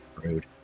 Rude